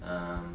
um